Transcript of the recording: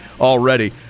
already